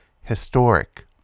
historic